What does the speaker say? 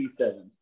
C7